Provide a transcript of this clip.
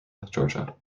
georgia